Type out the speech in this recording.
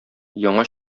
яңа